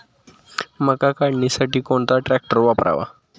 मका काढणीसाठी कोणता ट्रॅक्टर वापरावा?